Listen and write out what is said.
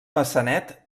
maçanet